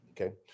Okay